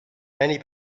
many